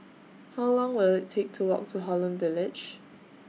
How Long Will IT Take to Walk to Holland Village